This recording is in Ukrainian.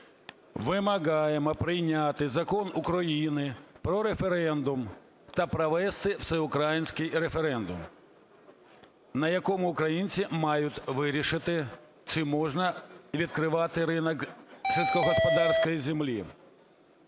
"Вимагаємо прийняти закон України про референдум та провести всеукраїнський референдум, на якому українці мають вирішити, чи можна відкривати ринок сільськогосподарської землі".